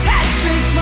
Patrick